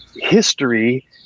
History